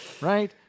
Right